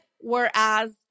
Whereas